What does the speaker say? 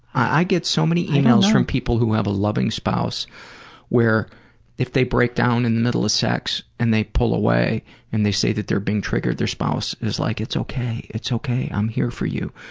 i i get so many emails from people who have a loving spouse where if they break down in the middle of sex and they pull away and they say that they're being triggered, their spouse is like, it's okay. it's okay. i'm here for you.